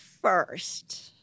first